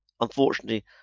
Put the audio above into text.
unfortunately